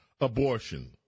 Abortion